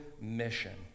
mission